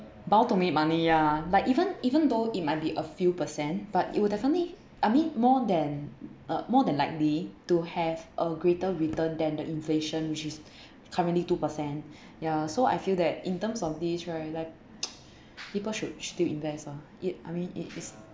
bound to make money ya like even even though it might be a few percent but it would definitely I mean more than uh more than likely to have a greater return than the inflation which is currently two percent ya so I feel that in terms of these right like people should still invest ah it I mean it it's